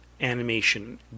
animation